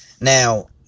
Now